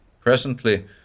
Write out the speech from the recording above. Presently